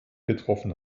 getroffen